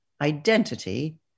Identity